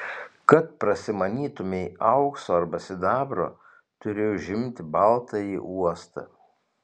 kad prasimanytumei aukso arba sidabro turi užimti baltąjį uostą